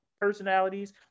personalities